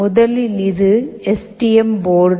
முதலில் இது S D M board